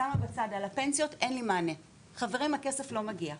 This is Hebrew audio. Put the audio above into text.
על הפנסיות אין לי מענה, הכסף לא מגיע,